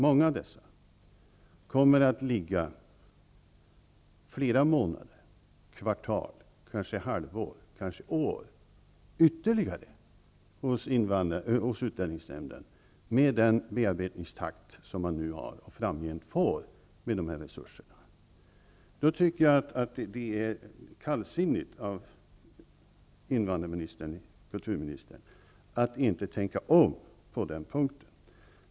Många av dessa ärenden kommer att ligga flera månader, kvartal, kanske halvår eller år, ytterligare hos utlänningsnämnden med den bearbetningstakt som nu råder och framgent kommer att råda med nuvarande resurser. Det är kallsinnigt av kulturministern att inte tänka om på den punkten.